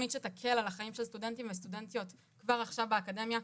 תוכנית שתקל על חיים של סטודנטים וסטודנטיות כבר עכשיו באקדמיה.